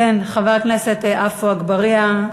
חבר הכנסת עפו אגבאריה,